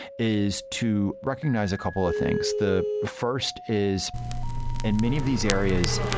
is to recognize a couple of things. the first is in many of these areas,